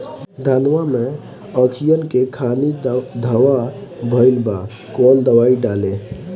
धनवा मै अखियन के खानि धबा भयीलबा कौन दवाई डाले?